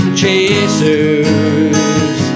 chasers